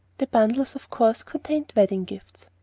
the bundles of course contained wedding gifts.